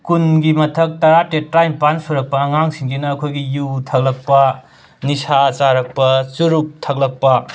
ꯀꯨꯟꯒꯤ ꯃꯊꯛ ꯇꯔꯥꯇꯔꯦꯠ ꯇꯔꯥꯅꯤꯄꯥꯟ ꯁꯨꯔꯛꯄ ꯑꯉꯥꯡꯁꯤꯡꯁꯤꯅ ꯑꯩꯈꯣꯏꯒꯤ ꯌꯨ ꯊꯛꯂꯛꯄ ꯅꯤꯁꯥ ꯆꯥꯔꯛꯄ ꯆꯨꯔꯨꯞ ꯊꯛꯂꯛꯄ